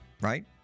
right